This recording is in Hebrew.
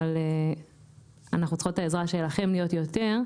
אבל אנחנו צריכות את העזרה שלכם להיות יותר,